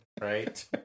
right